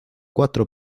cuatro